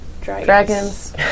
dragons